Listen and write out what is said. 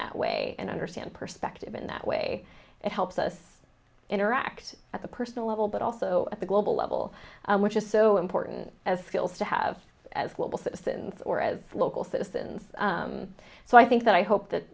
that way and understand perspective in that way it helps us interact at a personal level but also at the global level which is so important as skills to have as will citizens or as local citizens so i think that i hope that